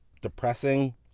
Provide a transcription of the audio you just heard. depressing